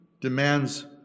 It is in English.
demands